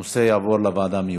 הנושא יעבור לוועדה המיוחדת.